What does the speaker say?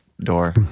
door